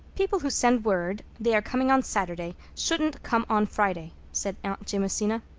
people who send word they are coming on saturday shouldn't come on friday, said aunt jamesina.